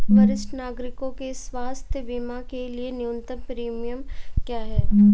वरिष्ठ नागरिकों के स्वास्थ्य बीमा के लिए न्यूनतम प्रीमियम क्या है?